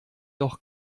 noch